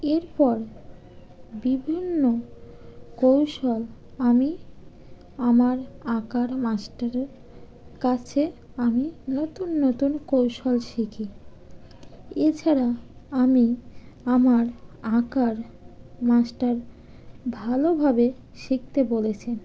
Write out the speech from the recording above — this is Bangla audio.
এরপর বিভিন্ন কৌশল আমি আমার আঁকার মাস্টারের কাছে আমি নতুন নতুন কৌশল শিখি এছাড়া আমি আমার আঁকার মাস্টার ভালোভাবে শিখতে বলেছেন